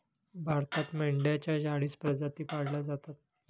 भारतात मेंढ्यांच्या चाळीस प्रजाती पाळल्या जातात